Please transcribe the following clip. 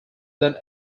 than